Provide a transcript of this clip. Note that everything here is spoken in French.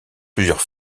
plusieurs